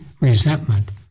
resentment